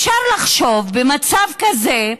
אפשר לחשוב במצב כזה,